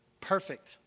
perfect